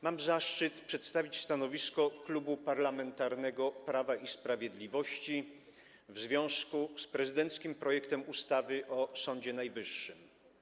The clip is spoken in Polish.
Mam zaszczyt przedstawić stanowisko Klubu Parlamentarnego Prawo i Sprawiedliwość w związku z prezydenckim projektem ustawy o Sądzie Najwyższym.